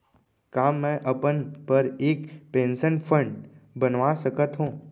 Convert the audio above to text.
का मैं अपन बर एक पेंशन फण्ड बनवा सकत हो?